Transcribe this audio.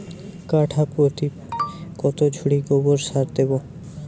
কাঠাপ্রতি কত ঝুড়ি গোবর সার দেবো?